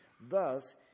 Thus